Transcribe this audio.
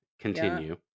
continue